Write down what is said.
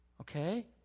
okay